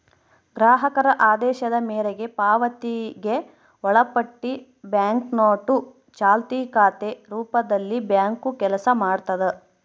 ಗ್ರಾಹಕರ ಆದೇಶದ ಮೇರೆಗೆ ಪಾವತಿಗೆ ಒಳಪಟ್ಟಿ ಬ್ಯಾಂಕ್ನೋಟು ಚಾಲ್ತಿ ಖಾತೆ ರೂಪದಲ್ಲಿಬ್ಯಾಂಕು ಕೆಲಸ ಮಾಡ್ತದ